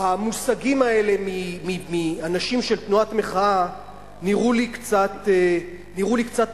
המושגים האלה מאנשים של תנועת מחאה נראו לי קצת מוזרים.